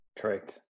correct